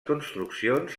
construccions